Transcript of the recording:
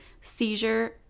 seizure